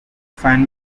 find